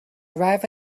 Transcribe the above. arrive